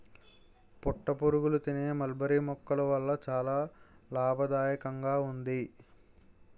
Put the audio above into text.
పట్టుపురుగులు తినే మల్బరీ మొక్కల వల్ల చాలా లాభదాయకంగా ఉంది